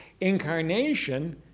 incarnation